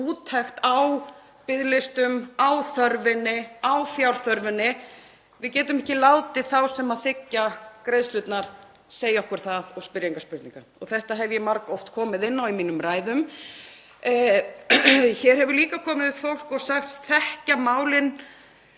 úttekt á biðlistum, á þörfinni, á fjárþörfinni. Við getum ekki látið þá sem þiggja greiðslurnar segja okkur það og spyrja engra spurninga og þetta hef ég margoft komið inn á í ræðum. Hér hefur líka komið upp fólk og sagst þekkja málin